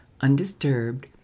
undisturbed